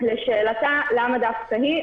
לשאלתה למה דווקא היא,